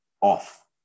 off